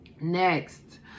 Next